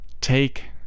take